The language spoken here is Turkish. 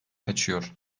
kaçıyor